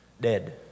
dead